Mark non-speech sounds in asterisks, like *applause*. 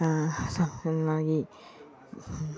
*unintelligible*